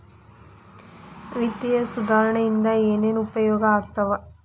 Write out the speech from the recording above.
ವಿತ್ತೇಯ ಸುಧಾರಣೆ ಇಂದ ಏನೇನ್ ಉಪಯೋಗ ಆಗ್ತಾವ